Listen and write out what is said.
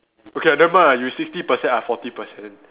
okay never mind lah you sixty percent I forty percent